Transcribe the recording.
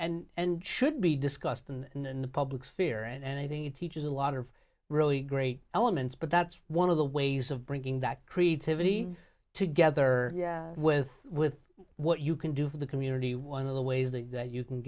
can and should be discussed and in the public sphere and i think it teaches a lot of really great elements but that's one of the ways of bringing that creativity together with with what you can do for the community one of the ways that you can